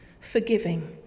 forgiving